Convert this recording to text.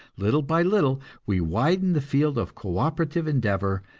little by little, we widen the field of co-operative endeavor,